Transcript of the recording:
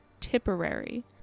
Tipperary